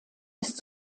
ist